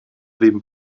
been